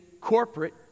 corporate